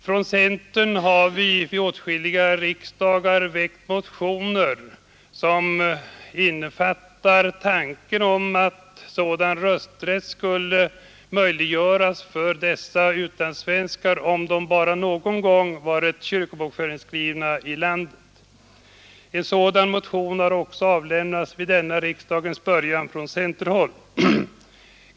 Från centern har vi vid åtskilliga riksdagar väckt motioner som går ut på att rösträtt skulle möjliggöras för dessa utlandssvenskar om de bara någon gång varit kyrkobokförda i landet. En sådan motion har också avlämnats från centerhåll vid denna riksdags början.